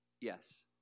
yes